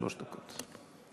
שלוש דקות.